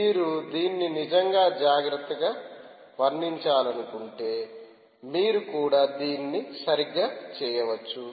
మీరు దీన్ని నిజంగా జాగ్రత్తగా వర్ణించాలనుకుంటే మీరు కూడా దీన్ని సరిగ్గా చేయవచ్చు